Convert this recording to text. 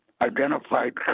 identified